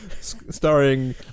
Starring